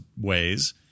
ways